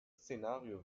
szenario